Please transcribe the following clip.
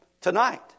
tonight